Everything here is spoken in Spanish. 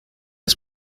has